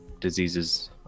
diseases